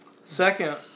Second